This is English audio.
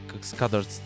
scattered